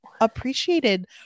appreciated